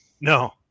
No